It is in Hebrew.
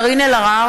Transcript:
מצביע קארין אלהרר,